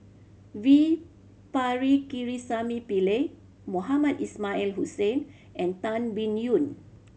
V Pakirisamy Pillai Mohamed Ismail Hussain and Tan Biyun